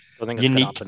unique